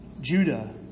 Judah